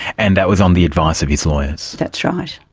and that was on the advice of his lawyers? that's right.